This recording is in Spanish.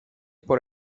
por